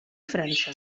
frança